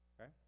okay